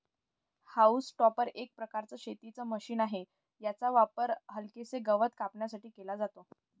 haulm topper एक प्रकारचं शेतीच मशीन आहे, याचा वापर हलकेसे गवत कापण्यासाठी केला जातो